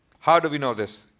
how do we know this?